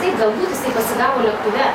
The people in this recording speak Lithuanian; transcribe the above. taip galbūt jisai pasigavo lėktuve